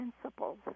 principles